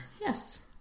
Yes